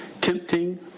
tempting